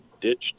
ditched